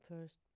first